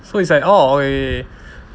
so it's like orh okay okay okay